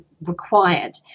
required